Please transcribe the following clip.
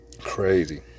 Crazy